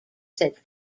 said